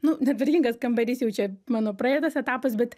nu netvarkingas kambarys jau čia mano praeitas etapas bet